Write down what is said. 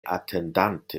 atendante